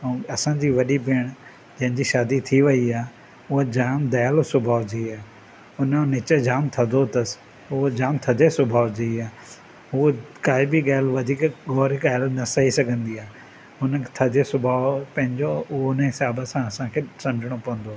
ऐं असां जी वॾी भेण जंहिं जी शादी थी वई आहे उहा जामु दयालू सुभाउ जी आहे उनजो नेचरु जाम थदो अथसि उहा जाम थदे सुभाउ जी आहे उहा काइ बि ॻाल्हि वधीक ग़ौरु करे न सई सघंदी आहे उन थदे सुभाउ पंहिंजो उन हिसाब सां असांखे सम्झणो पवंदो आहे